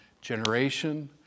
generation